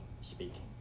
speaking